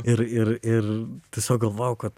ir ir ir tiesiog galvojau kad